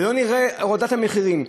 ולא נראה הורדת מחירים,